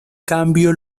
cambio